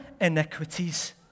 iniquities